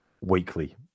weekly